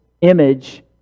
image